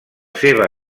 seva